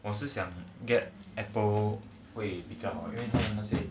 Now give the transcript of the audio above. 我是想 get Apple 会比较好